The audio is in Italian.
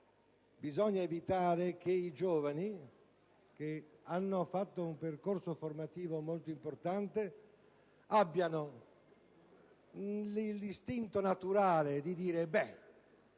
bisogna evitare che i giovani, che hanno seguito un percorso formativo molto importante, abbiano l'istinto naturale di dire: «Beh,